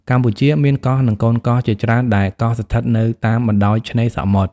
កម្ពុជាមាន កោះនិងកូនកោះជាច្រើន ដែលកោះស្ថិតនៅតាមបណ្តោយឆ្នេរសមុទ្រ។